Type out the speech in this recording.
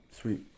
Sweet